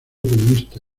comunista